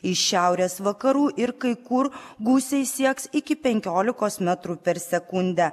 iš šiaurės vakarų ir kai kur gūsiai sieks iki penkiolikos metrų per sekundę